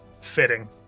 fitting